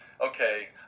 Okay